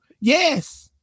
Yes